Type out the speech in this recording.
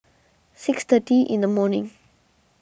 six thirty in the morning